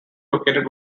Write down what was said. located